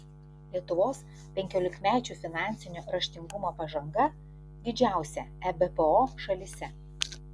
lietuvos penkiolikmečių finansinio raštingumo pažanga didžiausia ebpo šalyse